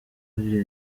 ari